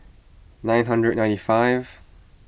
nine hundred ninety five